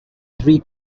three